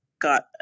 got